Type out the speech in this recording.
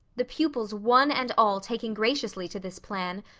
the pupils one and all taking graciously to this plan,